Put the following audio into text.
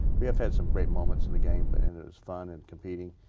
we have had some great moments in the games and it was fun in competing.